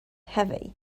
heavy